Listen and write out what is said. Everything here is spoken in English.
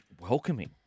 welcoming